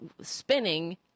spinning